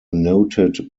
noted